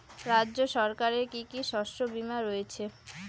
রাজ্য সরকারের কি কি শস্য বিমা রয়েছে?